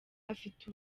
afite